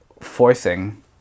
forcing